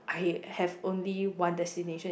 I have only one destination